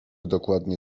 dokładnie